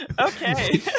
okay